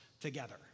together